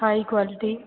high quality